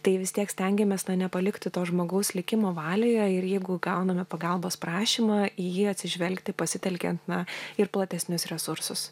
tai vis tiek stengiamės na nepalikti to žmogaus likimo valioje ir jeigu gauname pagalbos prašymą į jį atsižvelgti pasitelkiant na ir platesnius resursus